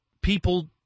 people